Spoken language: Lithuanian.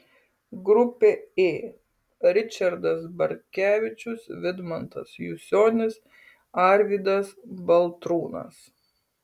grupė ė ričardas bartkevičius vidmantas jusionis arvydas baltrūnas